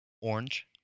orange